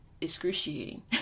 excruciating